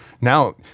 now